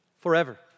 Forever